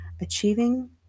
achieving